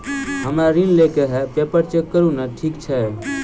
हमरा ऋण लई केँ हय पेपर चेक करू नै ठीक छई?